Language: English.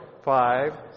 five